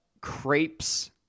crepes